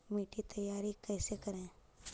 मिट्टी तैयारी कैसे करें?